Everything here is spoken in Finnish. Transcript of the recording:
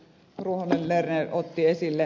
ruohonen lerner otti esille